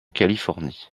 californie